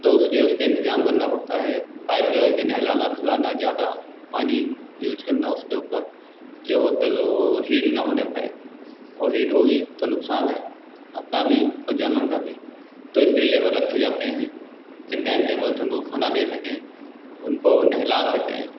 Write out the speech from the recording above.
तो इसलिए उसका इन्तज़ाम करना पड़ता है पाइप लगाकर नहलाना धुलाना ज़्यादा पानी यूज़ करना उसके ऊपर क्योंकि वह हीट न होने पाए और हीट होगी तो नुक़सान है अपना भी और जानवर का भी तो इसके लिए लेबर रखे जाते हैं कि टाइम टेबल से उनको खाना दे सकें उनको नहला सकें